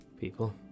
people